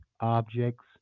objects